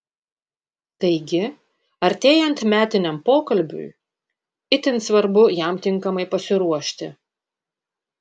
taigi artėjant metiniam pokalbiui itin svarbu jam tinkamai pasiruošti